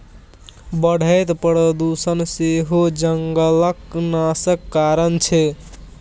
बढ़ैत प्रदुषण सेहो जंगलक नाशक कारण छै